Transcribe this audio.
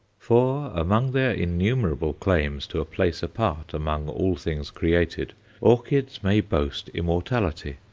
for among their innumerable claims to a place apart among all things created, orchids may boast immortality.